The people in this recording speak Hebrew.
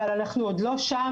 אבל אנחנו עוד לא שם.